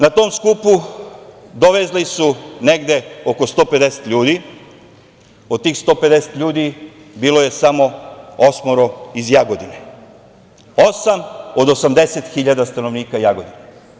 Na tom skupu dovezli su negde oko 150 ljudi, od tih 150 ljudi, bilo je samo 8 iz Jagodine, 8 od 80 hiljada stanovnika Jagodine.